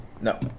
No